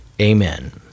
Amen